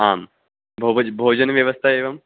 आं भोज् भोजनव्यवस्था एवम्